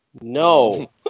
No